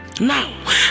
now